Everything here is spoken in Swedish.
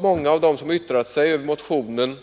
Många av dem som har yttrat sig över motionen